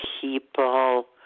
people